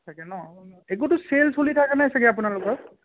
থাকে ন একোটো চেল চলি থকা নাই চাগে আপোনালোকৰ